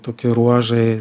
toki ruožai